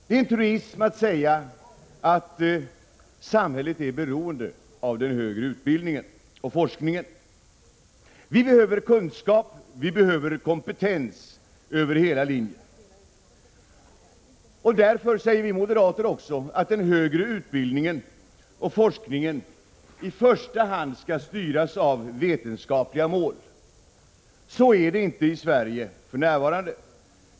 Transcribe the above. Det är en truism att säga att samhället är beroende av den högre utbildningen och forskningen. Vi behöver kunskaper och kompetens över hela linjen. Därför säger vi moderater att den högre utbildningen och forskningen i första hand skall styras av vetenskapliga mål. Så är det inte i Sverige för närvarande.